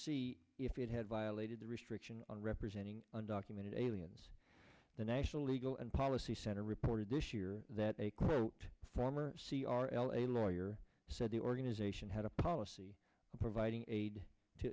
see if it had violated the restriction on representing undocumented aliens the national legal and policy center reported this year that a quote former c r l a lawyer said the organization had a policy of providing aid to